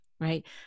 right